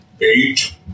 Eight